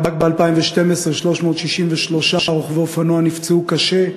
רק ב-2012, 363 רוכבי אופנוע נפצעו קשה.